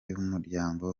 y’umuryango